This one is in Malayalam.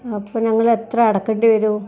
അപ്പം ഞങ്ങളെത്ര അടയ്ക്കേണ്ടി വരും